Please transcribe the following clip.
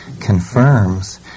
confirms